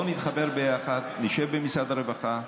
בוא נתחבר יחד, נשב במשרד הרווחה,